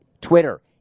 Twitter